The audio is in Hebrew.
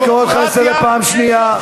אני קורא אותך לסדר בפעם השנייה.